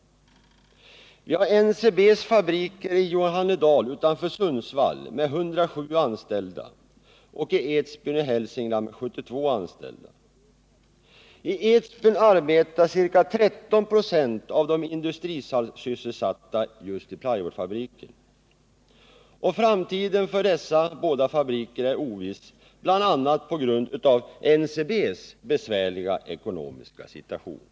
Vi har NCB:s fabriker i Johannedal utanför Sundsvall med 107 anställda och i Edsbyn i Hälsingland med 72 anställda. I Edsbyn arbetar ca 13 96 av de industrisysselsatta i plywoodfabriken. Framtiden för dessa båda fabriker är oviss, bl.a. på grund av NCB:s besvärliga ekonomiska situation.